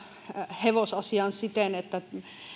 hevosasiaan siten että